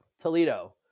Toledo